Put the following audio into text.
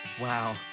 Wow